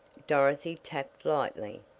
dorothy tapped lightly,